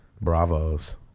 Bravos